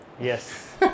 Yes